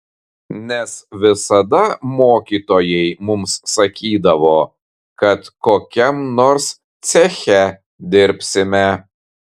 nes visada mokytojai mums sakydavo kad kokiam nors ceche dirbsime